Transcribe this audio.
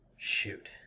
Shoot